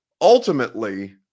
ultimately